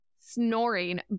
snoring